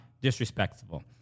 disrespectful